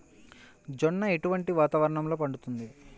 జొన్న ఎటువంటి వాతావరణంలో పండుతుంది?